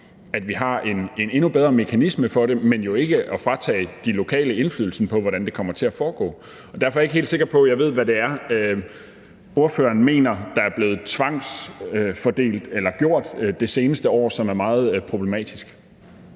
at vi har en endnu bedre mekanisme for det, men jo ikke at fratage de lokale indflydelsen på, hvordan det kommer til at foregå. Og derfor er jeg ikke helt sikker på, at jeg ved, hvad det er, ordføreren mener der er blevet tvangsfordelt eller gjort de seneste år, og som er meget problematisk.